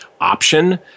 option